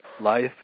life